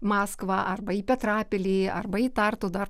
maskvą arba į petrapilį arba į tartu dar